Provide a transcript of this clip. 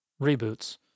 reboots